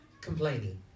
Complaining